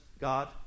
God